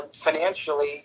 financially